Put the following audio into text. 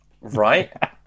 Right